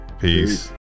Peace